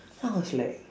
!wah! I was like